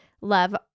love